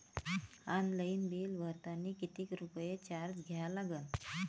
Online bill भरतानी कितीक रुपये चार्ज द्या लागन?